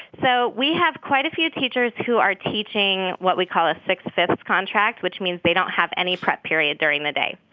so we have quite a few teachers who are teaching what we call a, six fifth contract, which means they don't have any prep period during the day.